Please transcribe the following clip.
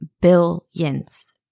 billions